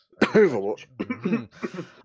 Overwatch